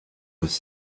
was